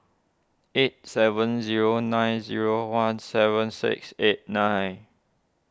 eight seven zero nine zero one seven six eight nine